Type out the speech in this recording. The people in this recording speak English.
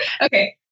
Okay